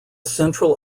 central